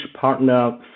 partner